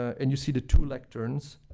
and you see the two lecterns,